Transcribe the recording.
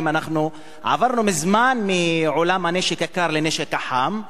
עברנו מזמן מעולם הנשק הקר לנשק החם,